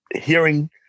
hearing